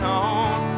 on